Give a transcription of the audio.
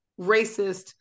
racist